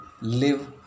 live